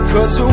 Cause